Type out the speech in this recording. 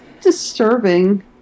disturbing